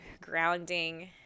grounding